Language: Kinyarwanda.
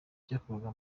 byakorwaga